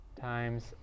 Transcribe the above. times